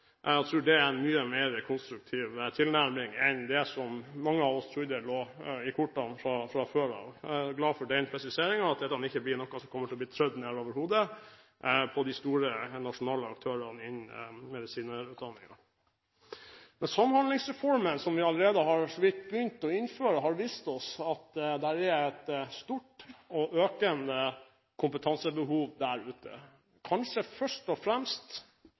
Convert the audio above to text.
jeg tror det er en mye mer konstruktiv tilnærming enn den som mange av oss trodde lå i kortene fra før. Jeg er glad for den presiseringen og at dette ikke blir noe som kommer til å bli trædd ned over hodet på de store nasjonale aktørene innen medisinerutdanningen. Samhandlingsreformen, som vi allerede så vidt har begynt å innføre, har vist oss at det er et stort og økende kompetansebehov der ute, kanskje først og fremst